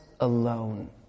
Alone